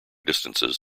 distances